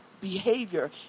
behavior